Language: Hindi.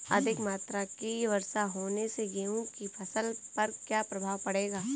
अधिक मात्रा की वर्षा होने से गेहूँ की फसल पर क्या प्रभाव पड़ेगा?